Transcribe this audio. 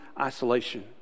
isolation